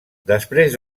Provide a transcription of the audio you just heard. després